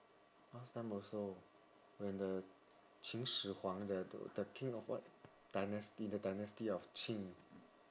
last time also when the qin shi huang the do~ the king of what dynasty the dynasty of qin